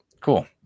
Cool